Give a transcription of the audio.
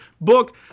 book